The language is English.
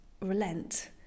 relent